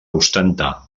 ostentar